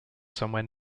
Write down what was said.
somewhere